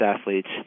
athletes